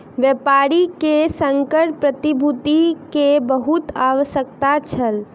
व्यापारी के संकर प्रतिभूति के बहुत आवश्यकता छल